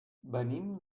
venim